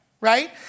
right